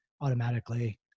automatically